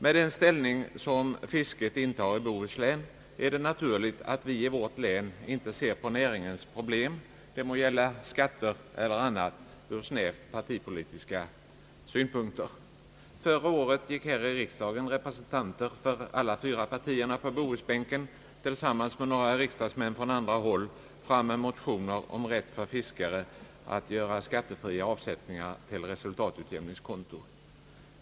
Med den ställning som fisket intar i Bohuslän är det naturligt att vi i vårt län inte ser på näringens problem, de må gälla skatter eller annat, ur snävt partipolitiska synpunkter. Förra året gick här i riksdagen representanter för alla fyra partierna på bohusbänken tillsammans med några riksdagsmän från andra håll fram med motioner om rätt för fiskare att göra skattefria avsättningar till resultatutjämningskonto.